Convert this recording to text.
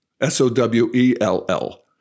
S-O-W-E-L-L